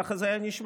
כך זה נשמע.